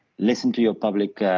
listen to your public